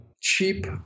cheap